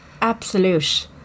absolute